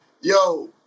yo